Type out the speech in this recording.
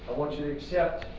want you to accept